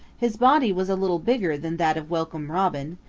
his body was a little bigger than that of welcome robin,